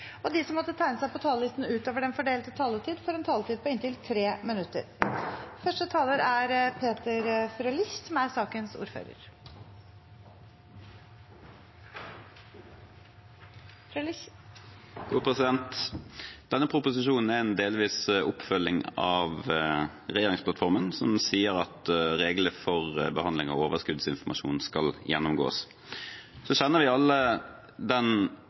og de som måtte tegne seg på talerlisten utover den fordelte taletid, får en taletid på inntil 3 minutter. Denne proposisjonen er en delvis oppfølging av regjeringsplattformen, som sier at regler for behandling av overskuddsinformasjon skal gjennomgås. Så kjenner vi alle den